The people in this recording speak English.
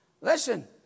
Listen